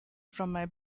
from